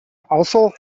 also